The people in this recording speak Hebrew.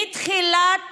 מתחילת